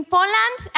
Poland